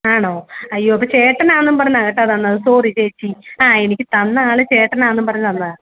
ആണോ അയ്യോ അപ്പം ചേട്ടനാണെന്ന് പറഞ്ഞാണ് തന്നത് കേട്ടോ സോറി ചേച്ചി ആ എനിക്ക് തന്ന ആൾ ചേട്ടനാണെന്ന് പറഞ്ഞ് തന്നതാണ്